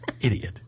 idiot